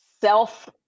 self